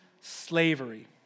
slavery